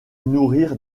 nourrir